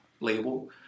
label